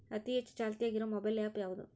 ಅತಿ ಹೆಚ್ಚ ಚಾಲ್ತಿಯಾಗ ಇರು ಮೊಬೈಲ್ ಆ್ಯಪ್ ಯಾವುದು?